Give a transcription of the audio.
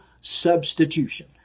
substitution